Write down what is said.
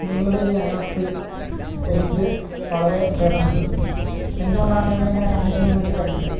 നിങ്ങളുടെ ഈ അനാസ്ഥയിൽ എനിക്ക് വളരെ ഖേദമുണ്ട് എന്തുകൊണ്ടാണ് നിങ്ങളിങ്ങനെ കാണിക്കുന്നതെന്ന് എനിക്കറിയില്ല